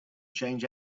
change